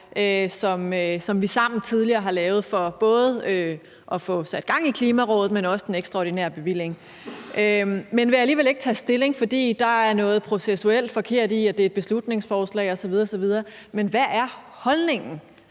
som vi sammen tidligere har lavet for både at få sat gang i Klimarådet, men også den ekstraordinære bevilling, men hun vil alligevel ikke tage stilling, fordi der er noget processuelt forkert i, at det er et beslutningsforslag osv. osv. Men hvad er holdningen